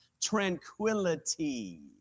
tranquility